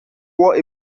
wore